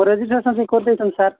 ମୋ ରେଜିଷ୍ଟ୍ରସନ୍ ବି କରିଦେଇଛନ୍ତି ସାର୍